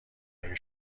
اگه